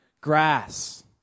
grass